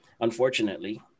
Unfortunately